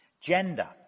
Gender